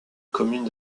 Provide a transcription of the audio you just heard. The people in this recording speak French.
commune